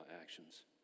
actions